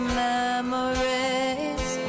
memories